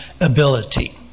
ability